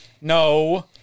No